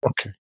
Okay